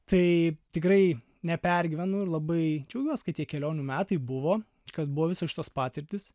tai tikrai nepergyvenu ir labai džiaugiuos kai tie kelionių metai buvo kad buvo visos šitos patirtys